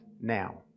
now